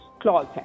clause